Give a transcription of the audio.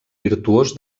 virtuós